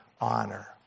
honor